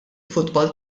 futbol